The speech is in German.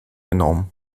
enorm